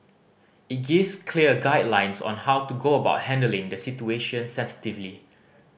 it gives clear guidelines on how to go about handling the situation sensitively